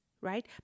right